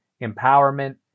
empowerment